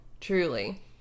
Truly